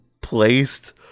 placed